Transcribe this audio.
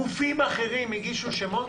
גופים אחרים הגישו שמות?